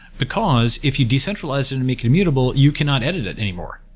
because if you decentralize and and make it immutable, you cannot edit it anymore.